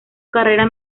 carrera